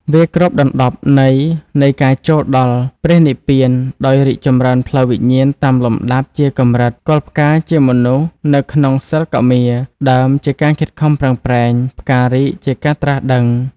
វាគ្របដណ្តប់ន័យនៃការចូលដល់ ព្រះនិព្វានដោយរីកចម្រើនផ្លូវវិញ្ញាណតាមលំដាប់ជាកម្រិត៖គល់ផ្កា ជាមនុស្សនៅក្នុងសិលកមារ ដើមជាការខិតខំប្រឹងប្រែង ផ្ការីកជាការត្រាស់ដឹង។